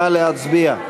נא להצביע.